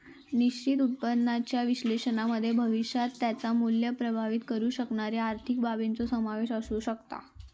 निश्चित उत्पन्नाच्या विश्लेषणामध्ये भविष्यात त्याचा मुल्य प्रभावीत करु शकणारे आर्थिक बाबींचो समावेश असु शकता